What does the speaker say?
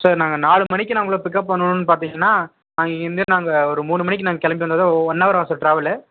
sir நாங்கள் நாலு மணிக்கு நான் உங்களை பிக்கப் பண்ணனும்னு பார்த்தீங்கனா நான் இங்கேருந்து நாங்கள் ஒரு மூனு மணிக்கு நாங்கள் கிளம்பி வந்தால் தான் ஒன் ஹவர் ஆகும் சார் ட்ராவெல்